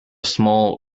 small